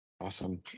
Awesome